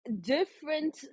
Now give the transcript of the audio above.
different